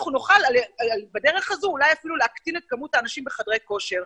אנחנו נוכל אפילו בדרך הזו אולי להקטין את כמות האנשים בחדרי כושר.